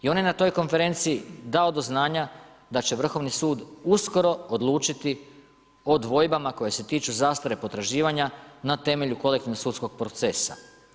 I on je na toj konferenciji dao do znanja, da će Vrhovni sud, uskoro odlučiti o dvojbama, koje se tiču zastare potraživanja na temelju kolektivnog sudskog procesa.